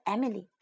Emily